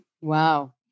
Wow